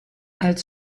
als